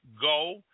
go